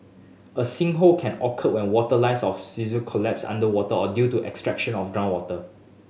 a sinkhole can occur when water lines of see sir collapse underwater or due to extraction of groundwater